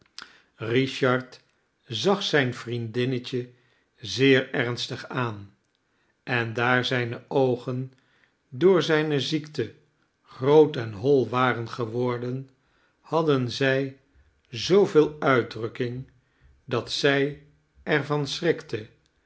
richard zag zijn vriendinnetje zeer ernstig aan en daar zijne oogen door zijne ziekte groot en hoi waren geworden hadden zij zooveel uitdrukking dat zij er van schrikte